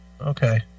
Okay